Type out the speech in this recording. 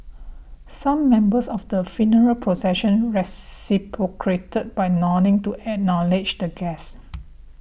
some members of the funeral procession by nodding to acknowledge the guests